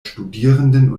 studierenden